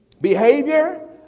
Behavior